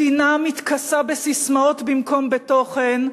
מדינה המתכסה בססמאות במקום בתוכן,